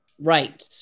right